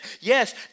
Yes